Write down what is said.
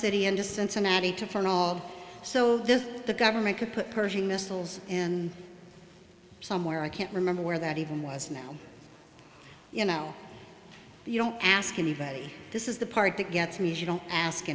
city into cincinnati to find all so this the government could put pershing missiles in somewhere i can't remember where that even was now you know you don't ask anybody this is the part that gets me is you don't ask